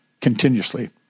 Continuously